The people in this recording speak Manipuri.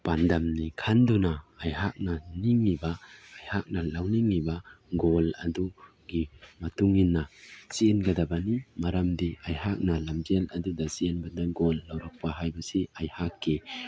ꯄꯥꯟꯗꯝꯅꯤ ꯈꯟꯗꯨꯅ ꯑꯩꯍꯥꯛꯅ ꯅꯤꯡꯏꯕ ꯑꯩꯍꯥꯛꯅ ꯂꯧꯅꯤꯡꯏꯕ ꯒꯣꯜꯗ ꯑꯗꯨꯒꯤ ꯃꯇꯨꯡ ꯏꯟꯅ ꯆꯦꯟꯒꯗꯕꯅꯤ ꯃꯔꯝꯗꯤ ꯑꯩꯍꯥꯛꯅ ꯂꯝꯖꯦꯟ ꯑꯗꯨꯗ ꯆꯦꯟꯗꯨꯅ ꯒꯣꯜꯗ ꯂꯧꯔꯛꯄ ꯍꯥꯏꯕꯁꯤ ꯑꯩꯍꯥꯛꯀꯤ